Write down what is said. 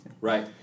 Right